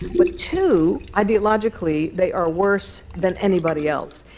but two, ideologically, they are worse than anybody else.